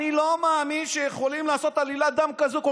אני לא מאמין שיכולים לעשות עלילת דם כזאת,